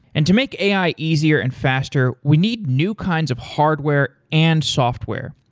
and to make ai easier and faster, we need new kinds of hardware and software,